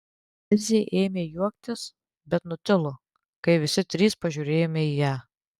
elzė ėmė juoktis bet nutilo kai visi trys pažiūrėjome į ją